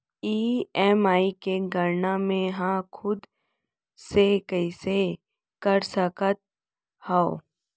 EMI के गड़ना मैं हा खुद से कइसे कर सकत हव?